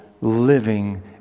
living